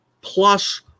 plus